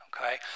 Okay